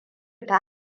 ta